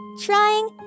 trying